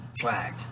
flag